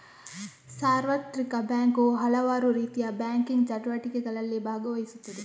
ಸಾರ್ವತ್ರಿಕ ಬ್ಯಾಂಕು ಹಲವಾರುರೀತಿಯ ಬ್ಯಾಂಕಿಂಗ್ ಚಟುವಟಿಕೆಗಳಲ್ಲಿ ಭಾಗವಹಿಸುತ್ತದೆ